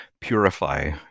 purify